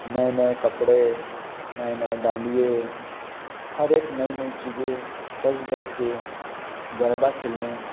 नए नए कपड़े नए नए डांडिए हर एक नई नई चीज़ें सच धज के गरबा खेलने